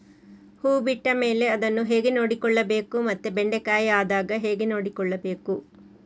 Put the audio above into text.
ಹೂ ಬಿಟ್ಟ ಮೇಲೆ ಅದನ್ನು ಹೇಗೆ ನೋಡಿಕೊಳ್ಳಬೇಕು ಮತ್ತೆ ಬೆಂಡೆ ಕಾಯಿ ಆದಾಗ ಹೇಗೆ ನೋಡಿಕೊಳ್ಳಬೇಕು?